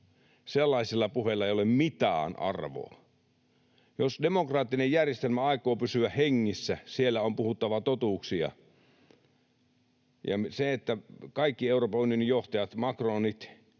Sellaisilla puheilla ei ole mitään arvoa. Jos demokraattinen järjestelmä aikoo pysyä hengissä, siellä on puhuttava totuuksia. Kaikki Euroopan unionin johtajat, Macronit,